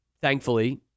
thankfully